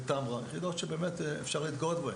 טמרה יחידות שבאמת אפשר להתגאות בהן.